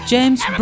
James